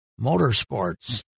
Motorsports